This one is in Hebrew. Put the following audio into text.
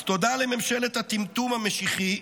אז תודה לממשלת הטמטום המשיחי,